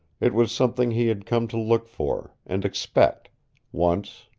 it was something he had come to look for, and expect once,